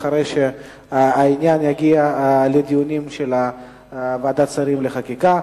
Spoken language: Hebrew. לאחר שהעניין יגיע לדיונים של ועדת שרים לחקיקה.